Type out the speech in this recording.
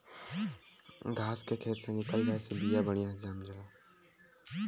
घास के खेत से निकल जाये से बिया बढ़िया से जाम जाला